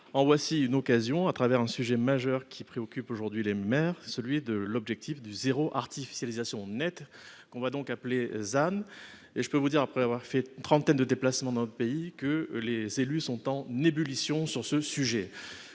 En voici une occasion, à travers un sujet majeur qui préoccupe aujourd'hui les maires, à savoir l'objectif de zéro artificialisation nette, que l'on va donc appeler ZAN. Après avoir fait une trentaine de déplacements dans le pays, je peux vous dire que les élus sont en ébullition sur ce sujet.